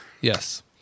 Yes